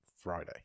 Friday